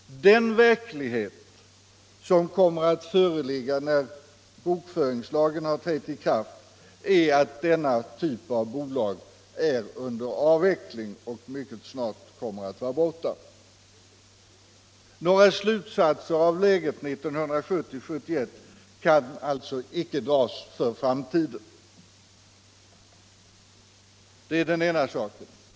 Den verklighet som kommer att föreligga sedan bokföringslagen har trätt i kraft är att dessa bolag är under avveckling och mycket snart kommer att vara borta. Några slutsatser för framtiden av läget 1970-1971 kan alltså inte dras. Det är den ena punkten.